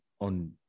on